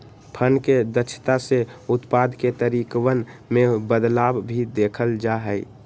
fund के दक्षता से उत्पाद के तरीकवन में बदलाव भी देखल जा हई